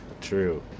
True